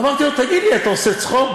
אמרתי לו: תגיד לי, אתה עושה צחוק?